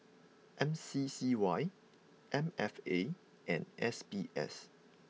M C C Y M F A and S B S